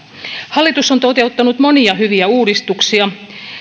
hallitus on toteuttanut monia hyviä uudistuksia